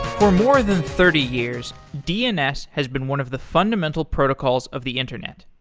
for more than thirty years, dns has been one of the fundamental protocols of the internet.